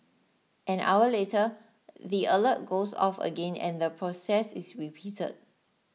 an hour later the alert goes off again and the process is repeated